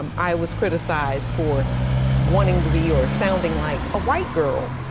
um i was criticized for wanting to be or sounding like a white girl.